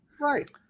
Right